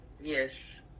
yes